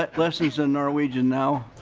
but lessons in norwegian now.